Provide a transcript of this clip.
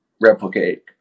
replicate